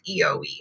EOE